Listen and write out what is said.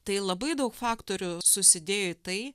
tai labai daug faktorių susidėjo į tai